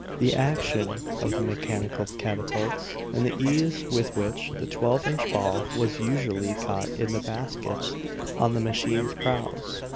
the action of the mechanical catapults, and the ease with which the twelve-inch ball was usually caught in the baskets on the machines' prows.